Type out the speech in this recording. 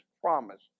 promise